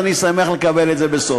אז אני שמח לקבל את זה בסוד.